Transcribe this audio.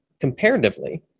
Comparatively